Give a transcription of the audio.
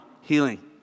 healing